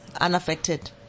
unaffected